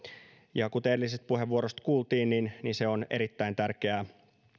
ja kuten edellisestä puheenvuorosta kuultiin niin niin se on erittäin tärkeää